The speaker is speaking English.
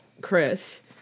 Chris